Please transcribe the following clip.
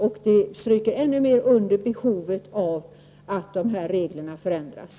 Det understryker ännu mer behovet av att reglerna ändras.